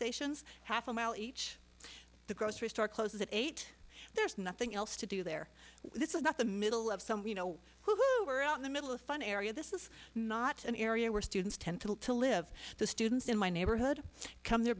stations half a mile each the grocery store closes at eight there's nothing else to do there this is not the middle of summer you know who were out in the middle of fun area this is not an area where students tend to live the students in my neighborhood come here